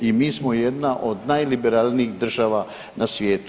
I mi smo jedna od najliberalnijih država na svijetu.